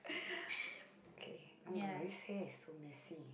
ya